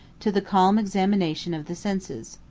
to the calm examination of the senses.